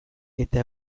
eta